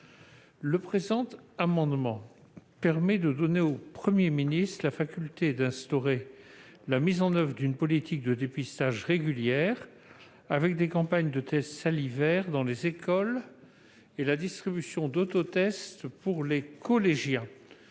Cet amendement tend à donner au Premier ministre la faculté d'instaurer une politique de dépistage régulière, avec des campagnes de tests salivaires dans les écoles et la distribution d'autotests pour les collégiens.